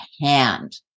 hand